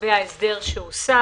לגבי ההסדר שהושג.